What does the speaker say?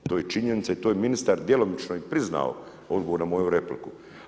To je činjenica i to je ministar djelomično i priznao odgovor na moju repliku.